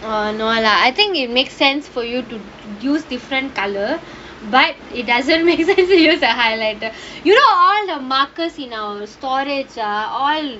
err no lah I think it make sense for you to use different colour but it doesn't makes it sense to use that highlight the you know all the markers in our storage ah all